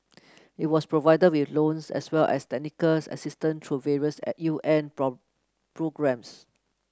it was provided with loans as well as technical assistance through various at U N programmes